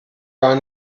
gar